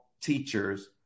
teachers